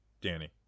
Danny